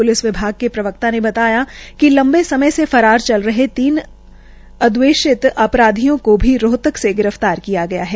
police विभाग के प्रवक्ता ने बताया कि लंबे समय से फरार चल रहे तीन उद्घोषित अपराधियों को भी रोहतक से गिरफ्तार किया है